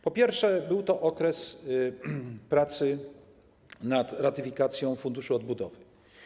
Po pierwsze, był to okres pracy nad ratyfikacją Funduszu Odbudowy.